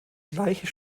gleiche